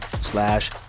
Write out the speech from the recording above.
slash